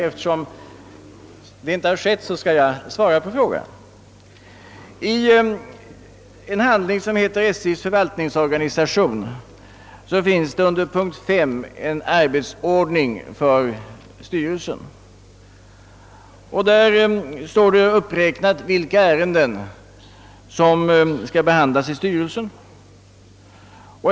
Eftersom så tydligen inte har skett skall jag svara på frågan. I -»SJ:s — förvaltningsorganisation» finns under punkt 5 återgiven en arbetsordning för styrelsen, där det uppräknas vilka ärenden som skall behand las av styrelsen.